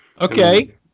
Okay